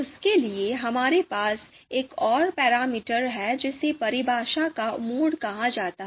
उसके लिए हमारे पास एक और पैरामीटर है जिसे परिभाषा का मोड कहा जाता है